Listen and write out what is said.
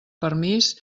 permís